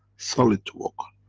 solid to walk.